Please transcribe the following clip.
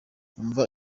umva